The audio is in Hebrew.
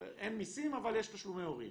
אין מסים אבל יש תשלומי הורים.